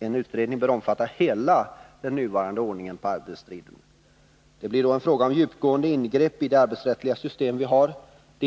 En utredning bör omfatta hela den nuvarande ordningen för arbetsstriden. Det blir då fråga om djupgående ingrepp i det arbetsrättsliga system vi har. Detta